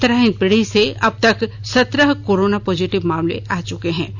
इस तरह हिंदपीढ़ी से अब तक सत्रह कोरोना पॉजिटिव मामले आ चुके हैं